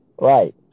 Right